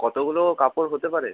কতগুলো কাপড় হতে পারে